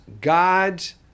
God's